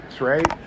right